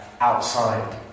outside